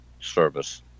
service